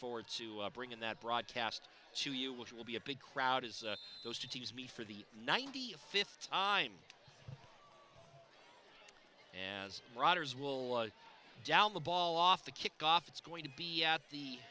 forward to bringing that broadcast to you which will be a big crowd is those to tease me for the ninety fifth time and rogers will down the ball off the kickoff it's going to be at the